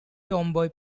tomboy